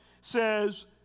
says